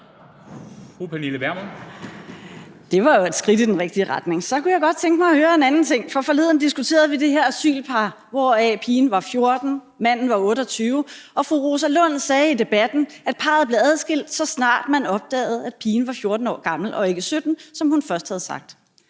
Det var jo et skridt i den rigtige retning. Så kunne jeg godt tænke mig at høre en anden ting. Forleden diskuterede vi det her asylpar, hvoraf pigen var 14 år og manden var 28 år, og fru Rosa Lund sagde i debatten, at parret blev adskilt, så snart man opdagede, at pigen var 14 år gammel og ikke 17 år, som hun først havde sagt.